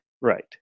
Right